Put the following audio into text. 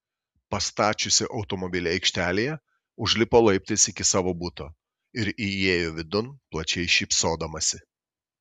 pastačiusi automobilį aikštelėje užlipo laiptais iki savo buto ir įėjo vidun plačiai šypsodamasi